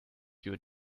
your